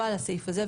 לא על הסעיף הזה,